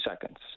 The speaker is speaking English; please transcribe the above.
seconds